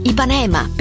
Ipanema